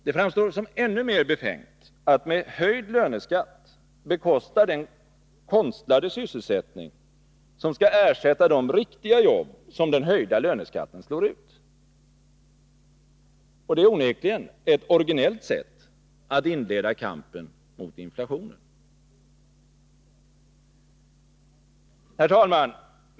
Det framstår som ännu mer befängt att med höjd löneskatt bekosta den konstlade sysselsättning som skall ersätta de riktiga jobb som den höjda löneskatten slår ut. Och det är onekligen ett originellt sätt att inleda kampen mot inflationen! Herr talman!